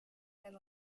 and